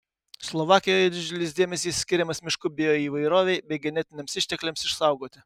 slovakijoje didžiulis dėmesys skiriamas miškų bioįvairovei bei genetiniams ištekliams išsaugoti